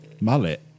mullet